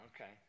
Okay